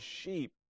sheep